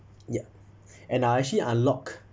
ya and I actually unlock